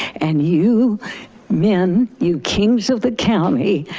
and you men, you kings of the county,